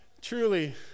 Truly